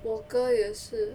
我哥也是